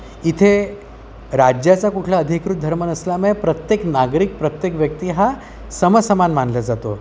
इथे राज्याचा कुठला अधिकृत धर्म नसल्यामुळे प्रत्येक नागरिक प्रत्येक व्यक्ती हा समसमान मानल्या जातो